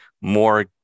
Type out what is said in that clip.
more